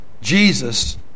Jesus